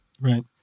Right